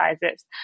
sizes